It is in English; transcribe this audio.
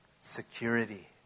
Security